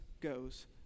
goes